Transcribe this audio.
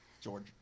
George